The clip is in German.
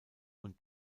und